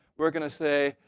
we're going to say,